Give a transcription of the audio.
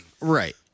Right